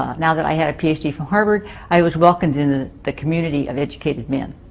ah now that i had a ph d. from harvard i was welcomed into the community of educated men.